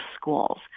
schools